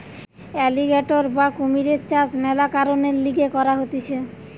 alligator বা কুমিরের চাষ মেলা কারণের লিগে করা হতিছে